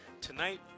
Tonight